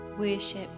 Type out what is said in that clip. worship